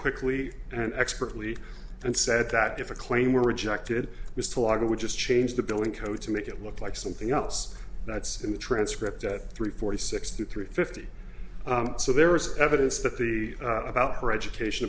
quickly and expertly and said that if a claim were rejected it was too large it would just change the building code to make it look like something else that's in the transcript at three forty sixty three fifty so there is evidence that the about her education